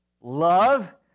love